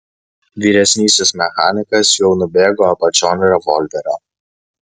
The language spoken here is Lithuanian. vyresnysis mechanikas jau nubėgo apačion revolverio